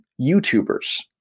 YouTubers